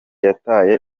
yataye